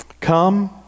Come